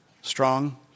strong